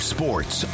Sports